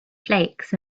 flakes